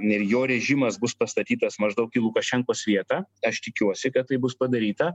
ir jo režimas bus pastatytas maždaug į lukašenkos vietą aš tikiuosi kad tai bus padaryta